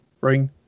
ring